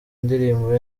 indirimbo